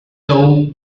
though